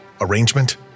Arrangement